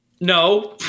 No